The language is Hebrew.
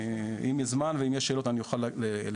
אם יש זמן ואם יש שאלות, אני אוכל לפרט.